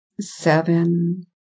Seven